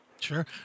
Sure